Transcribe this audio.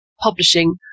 publishing